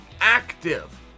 active